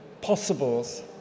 possibles